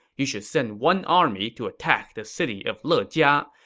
you should send one army to attack the city of lejia,